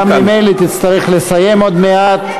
כן, אתה גם ממילא תצטרך לסיים עוד מעט.